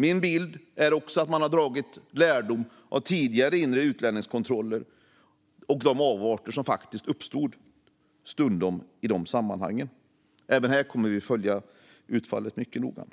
Min bild är att man har dragit lärdom av tidigare inre utlänningskontroller och de avarter som stundom uppstod i de sammanhangen. Även här kommer vi att följa utfallet mycket noga. Herr